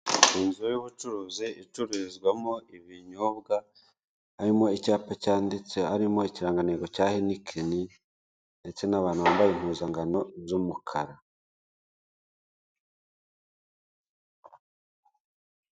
Inzu y'ubucuruzi icururizwamo ibinyobwa, harimo icyapa cyanditse harimo ikirango cya henikeni, ndetse n'abantu bambaye impuzankano z'umukara.